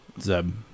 Zeb